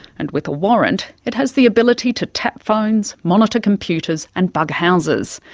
and with a warrant it has the ability to tap phones, monitor computers, and bug houses.